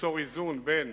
ליצור איזון בין